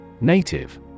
Native